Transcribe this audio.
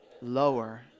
lower